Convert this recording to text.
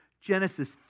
Genesis